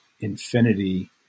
infinity